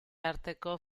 arteko